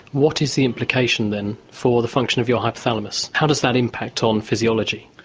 what is the implication then for the function of your hypothalamus? how does that impact on physiology?